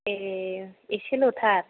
ए एसेल'थार